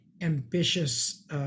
ambitious